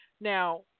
Now